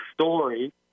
story